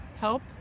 help